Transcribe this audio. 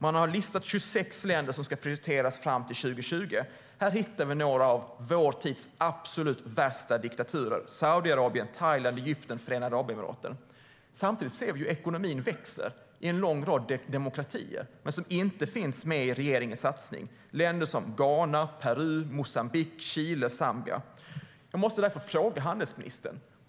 Man har listat 26 länder som ska prioriteras fram till 2020, och här hittar vi några av vår tids absolut värsta diktaturer: Saudiarabien, Thailand, Egypten och Förenade Arabemiraten. Samtidigt ser vi hur ekonomin växer i en lång rad demokratier som inte finns med i regeringens satsning, till exempel Ghana, Peru, Moçambique, Chile och Zambia.